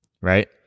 right